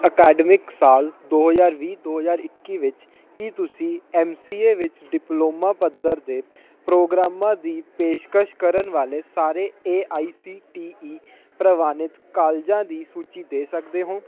academic ਸਾਲ ਦੋ ਹਜ਼ਾਰ ਵੀਹ ਦੋ ਹਜ਼ਾਰ ਇੱਕੀ ਵਿੱਚ ਕੀ ਤੁਸੀਂ ਐਮਸੀਏ ਵਿੱਚ ਡਿਪਲੋਮਾ ਪੱਧਰ ਦੇ ਪ੍ਰੋਗਰਾਮਾਂ ਦੀ ਪੇਸ਼ਕਸ਼ ਕਰਨ ਵਾਲੇ ਸਾਰੇ A I C T E ਪ੍ਰਵਾਨਿਤ ਕਾਲਜਾਂ ਦੀ ਸੂਚੀ ਦੇ ਸਕਦੇ ਹੋ